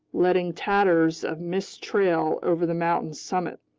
letting tatters of mist trail over the mountain's summit.